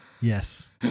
yes